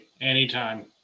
Anytime